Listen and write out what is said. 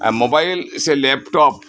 mobile ᱥᱮ laptop